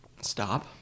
Stop